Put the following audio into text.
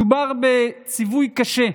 מדובר בציווי קשה.